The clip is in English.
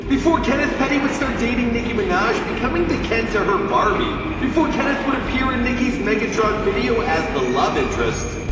before kenneth petty would start dating nicki minaj becoming the ken to her barbie. before kenneth would appear in nicki's megatron video as the love interest.